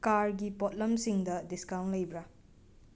ꯀꯥꯔꯒꯤ ꯄꯣꯠꯂꯝꯁꯤꯡꯗ ꯗꯤꯁꯀꯥꯨꯟ ꯂꯩꯕ꯭ꯔꯥ